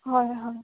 হয় হয়